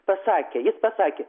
pasakė jis pasakė